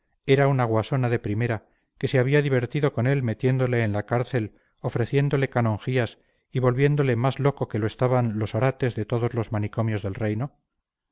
era una guasona de primera que se había divertido con él metiéndole en la cárcel ofreciéndole canonjías y volviéndole más loco que lo estaban los orates de todos los manicomios del reino